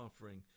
offering